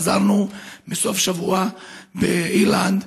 חזרנו מסוף שבוע באירלנד,